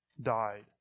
died